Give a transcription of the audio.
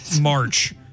March